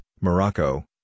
Morocco